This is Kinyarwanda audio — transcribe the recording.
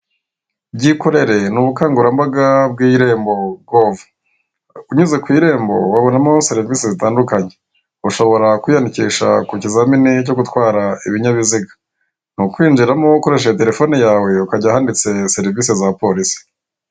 Byikorere ni ubukangurambaga bw'irembo govu. Unyuze ku irembo wabonamo serivise zitandukanye, ushobora kwiyandikisha ku kizamini cyo gutwara ibinyabiziga, ni ukwinjiramo ukoreshaje telefone yawe ukajya ahanditse serivise za polise.